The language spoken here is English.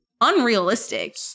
unrealistic